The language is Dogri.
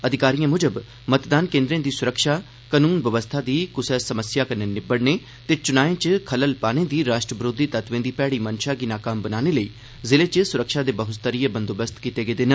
अधिकारिएं मुजब मतदान केन्द्रें दी सुरक्षा कानून बवस्था दी कुसा समस्या कन्नै निब्बड़ने ते चुनाएं च खलल पाने दी राष्ट्र बरोघी तत्वें दी भैड़ी मंशा गी नाकाम बनाने लेई जिले च सुरक्षा दे बहु स्तरीय बंदोबस्त कीते गेदे न